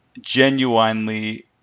genuinely